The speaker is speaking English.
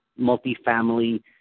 multifamily